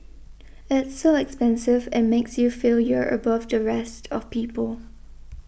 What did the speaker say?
it's so expensive it makes you feel you're above the rest of people